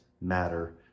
matter